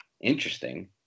Interesting